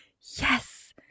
yes